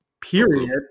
period